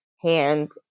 hand